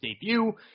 debut